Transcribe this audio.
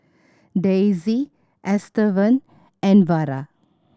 Daisie Estevan and Vara